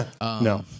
no